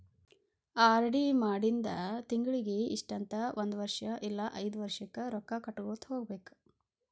RD ಮಾಡಿಂದ ತಿಂಗಳಿಗಿ ಇಷ್ಟಂತ ಒಂದ್ ವರ್ಷ್ ಇಲ್ಲಾ ಐದ್ ವರ್ಷಕ್ಕ ರೊಕ್ಕಾ ಕಟ್ಟಗೋತ ಹೋಗ್ಬೇಕ್